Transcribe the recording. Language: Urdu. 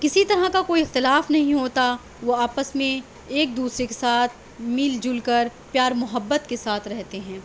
کسی طرح کا کوئی اختلاف نہیں ہوتا وہ آپس میں ایک دوسرے کے ساتھ مل جل کر پیار محبت کے ساتھ رہتے ہیں